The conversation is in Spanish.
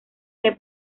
que